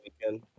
weekend